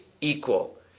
equal